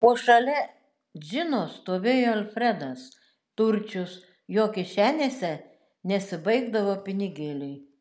o šalia džino stovėjo alfredas turčius jo kišenėse nesibaigdavo pinigėliai